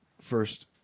First